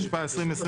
התשפ"א-2021.